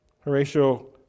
Horatio